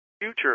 future